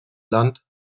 land